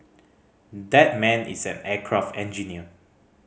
that man is an aircraft engineer